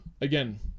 again